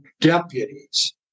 deputies